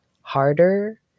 harder